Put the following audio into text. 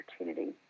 opportunity